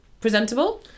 presentable